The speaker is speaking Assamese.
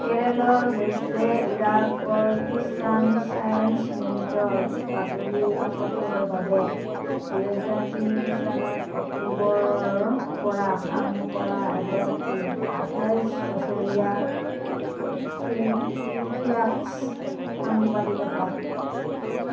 কেৰলৰ হৈছে ইৰাকৰ খ্ৰীষ্টান চায়েন্স মিনিটৰ বাতৰি কাকতৰ বাবে দুই হাজাৰ তিনি চনত অক্টোবৰৰ পৰা কাম কৰা এগৰাকী আঁঠাইছ বছৰীয়া ফ্ৰিলকে ফ্ৰিলাক্স সাংবাদিকতা